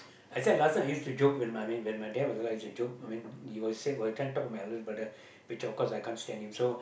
actually I last time I used to joke when my main why my dad also like to joke I mean he will say what can't talk about my eldest brother good job because I can't stand him so